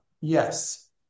Yes